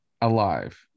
alive